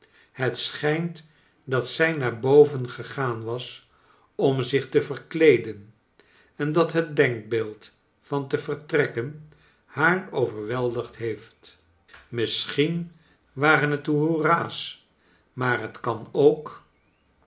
het schijnt dat zij naar boven gegaan was om zich te verkleeden en dat het denkbeeld van te vertrekken haar overweldigd heeft misschien waren het de hoera's maar het kan ook